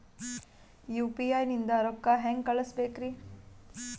UPI ನಿಂದ ರೊಕ್ಕ ಹೆಂಗ ಕಳಸಬೇಕ್ರಿ?